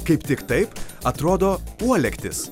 kaip tik taip atrodo uolektis